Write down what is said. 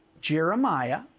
Jeremiah